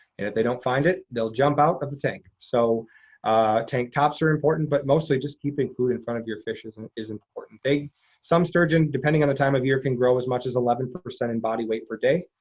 and if they don't find it, they'll jump out of the tank. so tank tops are important, but mostly just keeping food in front of your fish is and is important. some sturgeon, depending on the time of year, can grow as much as eleven percent in body weight per day.